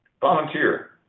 volunteer